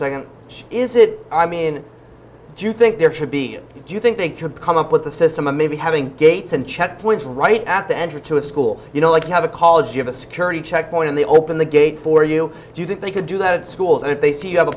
second is it i mean do you think there should be do you think they could come up with the system of maybe having gates and checkpoints right at the entrance to a school you know like you have a college you have a security checkpoint in the open the gate for you do you think they could do that in schools and if they see you have a